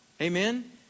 Amen